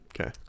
Okay